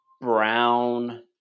brown